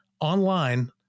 online